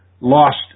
lost